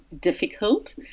difficult